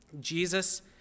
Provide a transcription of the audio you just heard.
Jesus